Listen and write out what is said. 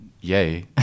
yay